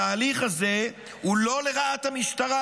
התהליך הזה הוא לא לרעת המשטרה,